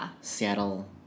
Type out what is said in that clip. Seattle